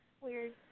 Weird